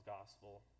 Gospel